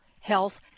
Health